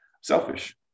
selfish